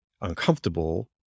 uncomfortable